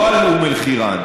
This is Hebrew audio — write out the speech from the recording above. לא על אום אל-חיראן.